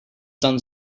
done